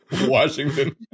Washington